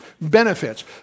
benefits